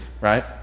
right